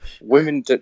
women